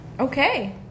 Okay